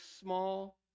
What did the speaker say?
small